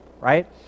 right